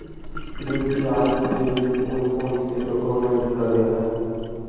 UPI के लिए कौन कौन से डॉक्यूमेंट लगे है?